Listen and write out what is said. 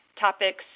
Topics